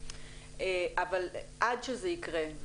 אבל עד שזה יקרה,